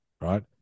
Right